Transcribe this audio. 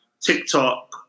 TikTok